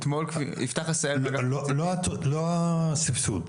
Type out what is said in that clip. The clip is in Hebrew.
לא הסבסוד.